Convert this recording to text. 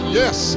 yes